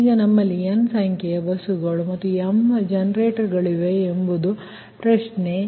ಈಗ ನಮ್ಮಲ್ಲಿ n ಸಂಖ್ಯೆಯ ಬಸ್ಸುಗಳು ಮತ್ತು m ಜನರೇಟರ್ಗಳಿವೆ ಎಂಬುದು ಪ್ರಶ್ನೆ